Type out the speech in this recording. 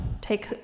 take